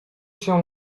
się